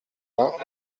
vingts